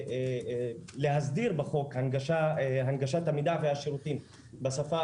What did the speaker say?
להסדיר בחוק את הנגשת המידע והשירותים בשפה